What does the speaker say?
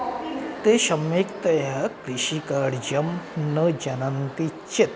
ते सम्यक्तया कृषिकार्यं न जनन्ति चेत्